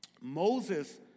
Moses